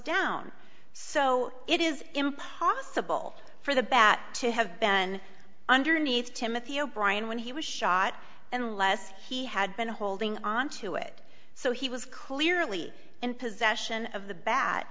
down so it is impossible for the bat to have been underneath timothy o'brien when he was shot and less he had been holding onto it so he was clearly in possession of the ba